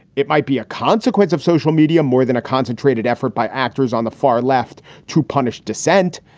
it might be a consequence of social media, more than a concentrated effort by actors on the far left to punish dissent.